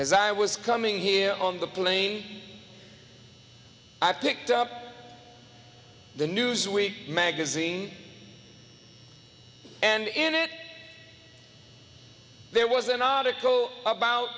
as i was coming here on the plane i picked up the newsweek magazine and in it there was an article about